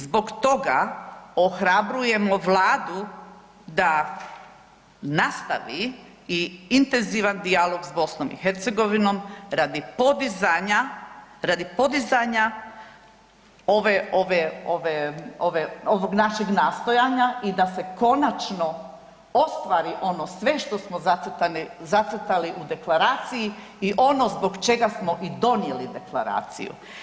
Zbog toga ohrabrujemo vladu da nastavi i intenzivan dijalog s BiH radi podizanja, radi podizanja ove, ove, ove, ove, ovog našeg nastojanja i da se konačno ostvari ono sve što smo zacrtali u deklaraciji i ono zbog čega smo i donijeli deklaraciju.